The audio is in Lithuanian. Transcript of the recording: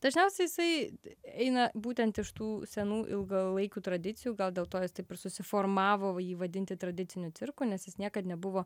dažniausiai jisai eina būtent iš tų senų ilgalaikių tradicijų gal dėl to jis taip ir susiformavo jį vadinti tradiciniu cirku nes jis niekad nebuvo